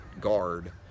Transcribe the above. guard